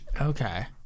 okay